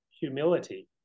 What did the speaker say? humility